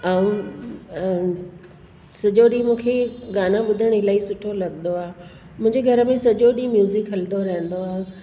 ऐं अ सॼो ॾींहुं मूंखे गाना ॿुधण इलाही सुठो लॻंदो आहे मुंहिंजे घर में सॼो ॾींहुं म्यूज़िक हलंदो रहंदो आहे